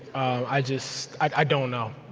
i just i don't know.